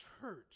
church